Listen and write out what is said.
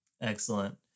Excellent